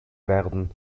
werden